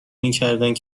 میکردند